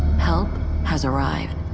help has arrived.